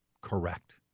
correct